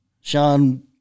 Sean